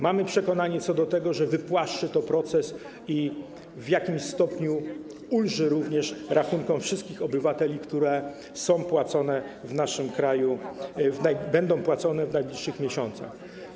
Mamy przekonanie co do tego, że wypłaszczy to ten proces i w jakimś stopniu ulży również rachunkom wszystkich obywateli, które będą płacone w naszym kraju w najbliższych miesiącach.